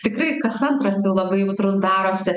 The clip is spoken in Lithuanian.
tikrai kas antras jau labai jautrus darosi